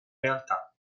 realtà